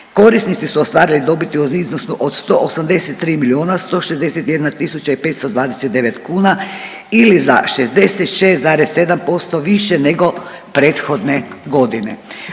Korisnici su ostvarili dobiti u iznosu od 183 milijuna 161 tisuća i 529 kuna ili za 66,7% više nego prethodne godine.